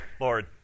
Lord